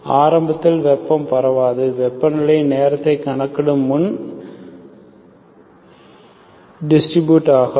ஆரம்பத்தில் வெப்பம் பரவாது வெப்பநிலை நேரத்தை கணக்கிடும் முன் டிஸ்றிபுட் ஆகாது